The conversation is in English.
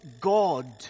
God